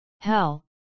Hell